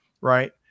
Right